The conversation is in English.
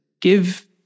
give